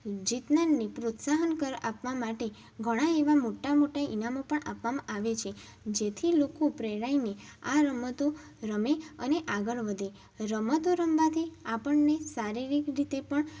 જીતનારને પ્રોત્સાહન કર આપવા માટે ઘણા એવા મોટા મોટા ઇનામો પણ આપવામાં આવે છે જેથી લોકો પ્રેરાઈને આ રમતો રમે અને આગળ વધે રમતો રમવાથી આપણને શારીરિક રીતે પણ